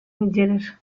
mitgeres